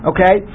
Okay